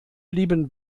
blieben